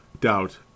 doubt